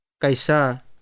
kaisa